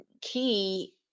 key